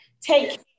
take